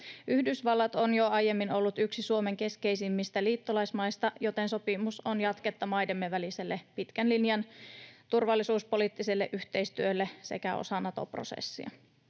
Yhdysvallat on jo aiemmin ollut yksi Suomen keskeisimmistä liittolaismaista, joten sopimus on jatketta maidemme väliselle pitkän linjan turvallisuuspoliittiselle yhteistyölle sekä osa Nato-prosessia.